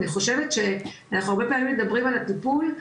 אני חושב שאנחנו הרבה פעמים מדברים על הטיפול,